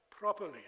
Properly